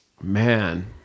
Man